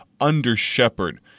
under-shepherd